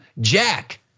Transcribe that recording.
jack